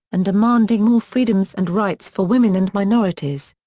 and demanding more freedoms and rights for women and minorities.